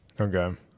Okay